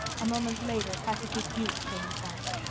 a moment later pacifique buote came in sight.